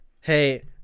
Hey